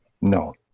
no